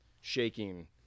shaking